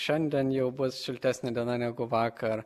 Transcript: šiandien jau bus šiltesnė diena negu vakar